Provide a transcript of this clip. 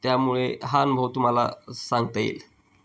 त्यामुळे हा अनुभव तुम्हाला सांगता येईल